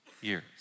years